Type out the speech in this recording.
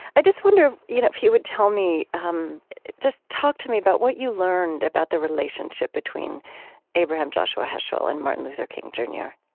i just wonder you know if you would tell me um just talk to me about what you learned about the relationship between abraham joshua heschel and martin luther king, jr and yeah